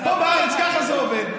אז פה בארץ ככה זה עובד.